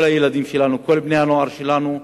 כל הילדים שלנו, כל בני הנוער שלנו,